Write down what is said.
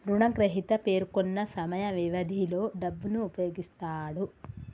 రుణగ్రహీత పేర్కొన్న సమయ వ్యవధిలో డబ్బును ఉపయోగిస్తాడు